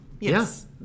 Yes